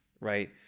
right